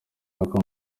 uko